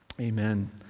amen